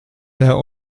der